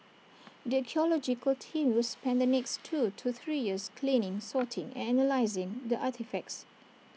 the archaeological team will spend the next two to three years cleaning sorting and analysing the artefacts